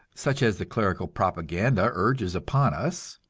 such as the clerical propaganda urges upon us,